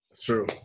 true